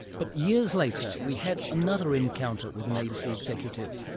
but years later we had another encounter with an abc executive,